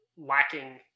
Lacking